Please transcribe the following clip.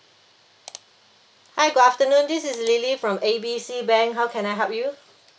hi good afternoon this is lily from A B C bank how can I help you